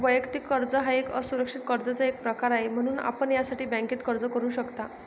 वैयक्तिक कर्ज हा एक असुरक्षित कर्जाचा एक प्रकार आहे, म्हणून आपण यासाठी बँकेत अर्ज करू शकता